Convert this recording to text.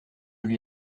lui